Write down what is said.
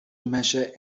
measure